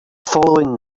following